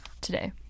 today